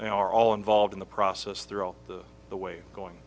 they are all involved in the process through all the way going